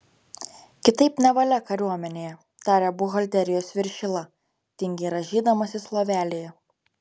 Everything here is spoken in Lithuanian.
kitaip nevalia kariuomenėje tarė buhalterijos viršila tingiai rąžydamasis lovelėje